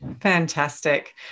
Fantastic